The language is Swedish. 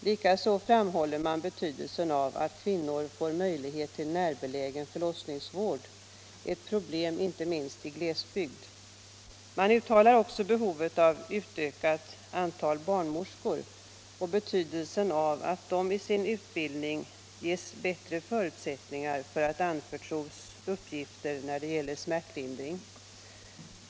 Likaså framhåller man betydelsen av att kvinnor får möjlighet till när belägen förlossningsvård, ett problem inte minst i glesbygd. Reservanterna poängterar också behovet av ett ökat antal barnmorskor och framhåller betydelsen av att de i sin utbildning ges bättre förutsättningar för att anförtros uppgifter när det gäller smärtlindring.